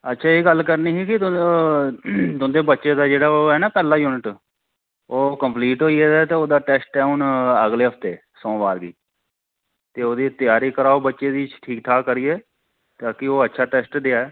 अच्छा ते एह् गल्ल करनी ही की तुंदे बच्चे दा ओह् पैह्ला यूनिट ऐ ना ते ओह् कम्पलीट होई गेदा ऐ ते ओह्दा टेस्ट ऐ अगले हफ्ते सोमवार गी ते ओह्दी त्यारी कराओ बच्चे दी ठीक ठाक करियै ताकी ओह् अच्छा टेस्ट देऐ